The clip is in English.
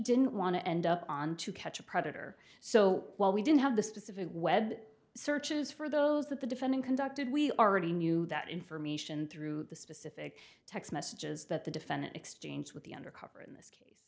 didn't want to end up on to catch a predator so while we didn't have the specific web searches for those that the defendant conducted we already knew that information through the specific text messages that the defendant exchanged with the undercover